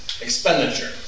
expenditure